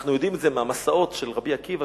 אנחנו יודעים את זה מהמסעות של רבי עקיבא,